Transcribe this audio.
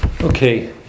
Okay